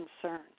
concerns